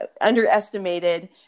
underestimated